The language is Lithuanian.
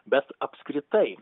bet apskritai